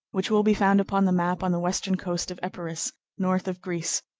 which will be found upon the map on the western coast of epirus, north of greece.